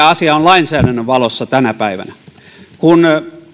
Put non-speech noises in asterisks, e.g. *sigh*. *unintelligible* asia on lainsäädännön valossa tänä päivänä kun